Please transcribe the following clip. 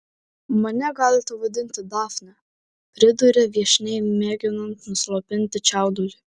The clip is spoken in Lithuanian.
mane galite vadinti dafne priduria viešniai mėginant nuslopinti čiaudulį